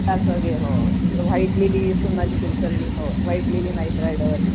घे हो त्यानंतर व्हाईट लीली सोनाली कुलकर्णी हो व्हाईट लीली नाईट रायडर